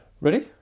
Ready